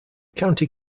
county